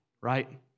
right